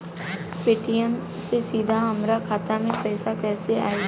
Paytm से सीधे हमरा खाता मे पईसा कइसे आई?